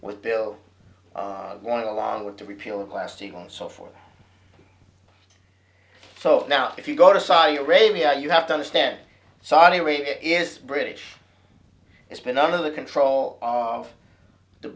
with bill of one along with the repeal of plastic and so forth so now if you go to saudi arabia you have to understand saudi arabia is british it's been under the control of the